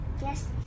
Yes